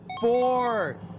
Four